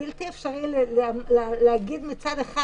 בלתי אפשרי להגיב מצד אחד